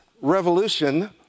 revolution